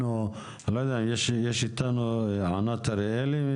ענת אריאלי,